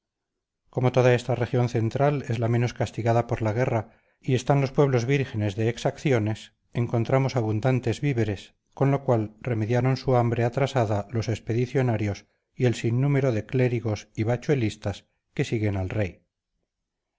como toda esta región central es la menos castigada por la guerra y están los pueblos vírgenes de exacciones encontramos abundantes víveres con lo cual remediaron su hambre atrasada los expedicionarios y el sinnúmero de clérigos y covachuelistas que siguen al rey